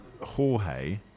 Jorge